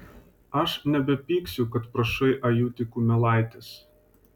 aš nebepyksiu kad prašai ajutį kumelaitės